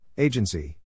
Agency